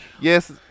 yes